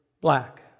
black